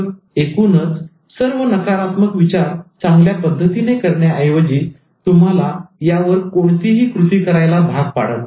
आणि एकूणच सर्व नकारात्मक विचार चांगल्या पद्धतीने करण्याऐवजी खरतर तुम्हाला यावर कोणतीही कृती करायला भाग पाडत नाही